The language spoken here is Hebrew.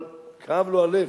אבל כאב לו הלב.